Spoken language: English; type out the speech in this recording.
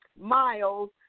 miles